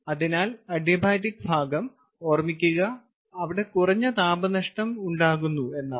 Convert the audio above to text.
അതിനാൽ അഡിയാബാറ്റിക് ഭാഗം ഓർമ്മിക്കുക അവിടെ കുറഞ്ഞ താപനഷ്ടം ഉണ്ടാകുന്നു എന്നാണ്